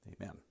Amen